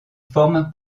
forme